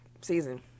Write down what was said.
season